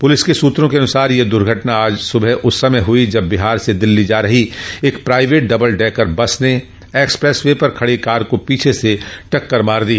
प्रलिस सूत्रों के अनुसार यह दुर्घटना आज सुबह उस समय हुई जब बिहार से दिल्ली जा रही एक प्राइवेट डबल डेकर बस ने एक्सप्रेस वे पर खड़ी कार को पीछे से टक्कर मार दी